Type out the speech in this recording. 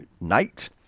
night